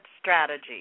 strategy